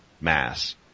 mass